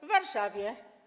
W Warszawie.